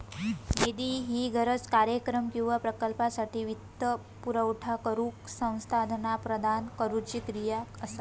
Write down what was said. निधी ही गरज, कार्यक्रम किंवा प्रकल्पासाठी वित्तपुरवठा करुक संसाधना प्रदान करुची क्रिया असा